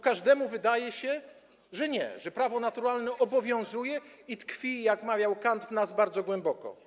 Każdemu wydaje się, że nie, że prawo naturalne obowiązuje i tkwi, jak mawiał Kant, w nas bardzo głęboko.